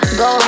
go